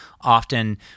often